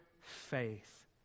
faith